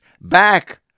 back